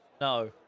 No